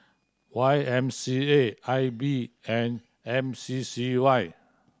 Y M C A I B and M C C Y